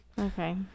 Okay